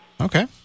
Okay